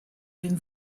been